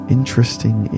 Interesting